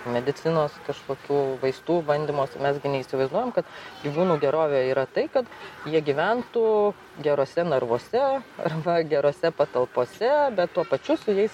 medicinos kažkokių vaistų bandymuose mes gi neįsivaizduojam kad gyvūnų gerovė yra tai kad jie gyventų geruose narvuose arba gerose patalpose bet tuo pačiu su jais